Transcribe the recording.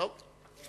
טוב.